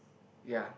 ya